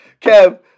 Kev